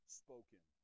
spoken